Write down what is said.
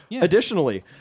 additionally